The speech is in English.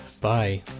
Bye